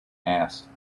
asked